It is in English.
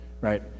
right